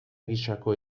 gisako